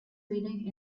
leading